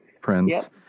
Prince